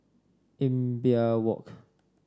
Imbiah Walk